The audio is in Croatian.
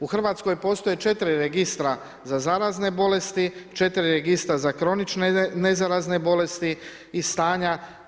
U Hrvatskoj postoji 4 registra za zarazne bolesti, 4 registra za kronične nezarazne bolesti i stanja.